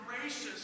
gracious